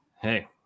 Hey